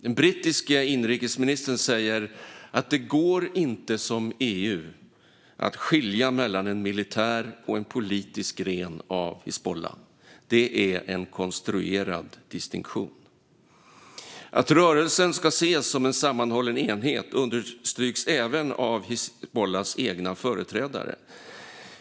Den brittiske inrikesministern säger att det inte går att skilja mellan en militär och en politisk gren av Hizbullah, som EU gör - det är en konstruerad distinktion. Att rörelsen ska ses som en sammanhållen enhet understryks även av Hizbullahs egna företrädare.